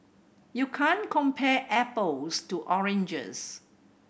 you can't compare apples to oranges